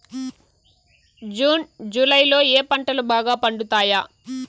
June July లో ఏ పంటలు బాగా పండుతాయా?